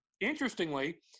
Interestingly